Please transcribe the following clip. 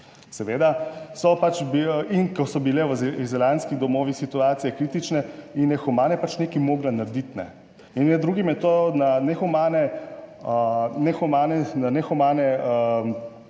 seveda so pač, in ko so bile v azilantskih domovih situacije kritične in je humane, pač nekaj mogla narediti, in med drugim je to na nehumane,